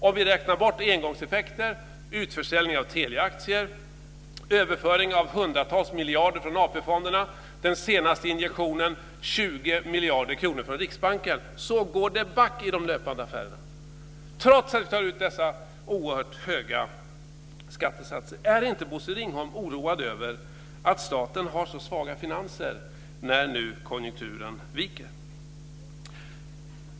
Om vi räknar bort engångseffekter, utförsäljning av Teliaaktier, överföring av hundratals miljarder från AP-fonderna, den senaste injektionen med 20 miljarder kronor från Riksbanken, går det back i de offentliga affärerna, trots att vi har dessa oerhört höga skattesatser. Är inte Bosse Ringholm oroad över att staten har så svaga finanser när nu konjunkturen viker?